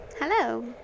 hello